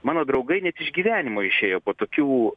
mano draugai net iš gyvenimo išėjo po tokių